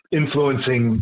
influencing